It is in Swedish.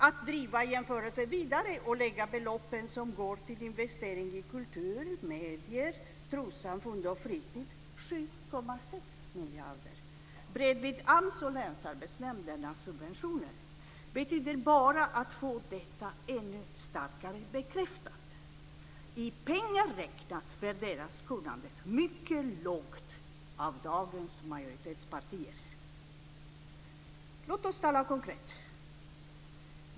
Att driva jämförelsen vidare och lägga beloppen som går till investering i kultur, medier, trossamfund och fritid - 7,6 miljarder - bredvid AMS och länsarbetsnämndernas subventioner betyder bara att få detta ännu starkare bekräftat. I pengar räknat värderas kunnandet mycket lågt av dagens majoritetspartier. Låt oss tala konkret.